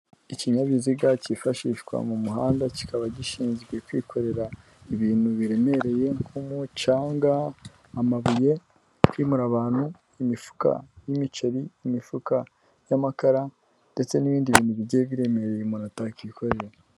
Ikinyabiziga cyifashishwa mu muhanda, kikaba gishinzwe kwikorera ibintu biremereye nk'umucanga, amabuye, kwimura abantu, imifuka y'imiceri, imifuka y'amakara ndetse n'ibindi bintu bigiye biremereye umuntu atakikorera.